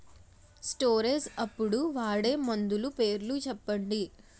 Storage అప్పుడు వాడే మందులు పేర్లు చెప్పండీ?